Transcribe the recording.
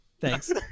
Thanks